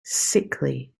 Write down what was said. sickly